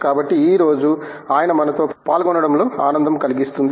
కాబట్టి ఈ రోజు ఆయన మనతో పాలుగొనడం లో ఆనందం కలిగిస్తుంది